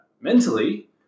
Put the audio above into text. mentally